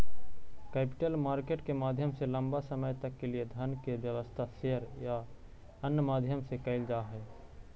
capital market के माध्यम से लंबा समय तक के लिए धन के व्यवस्था शेयर या अन्य माध्यम से कैल जा हई